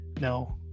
No